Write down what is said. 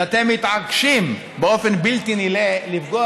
כשאתם מתעקשים באופן בלתי נלאה לפגוע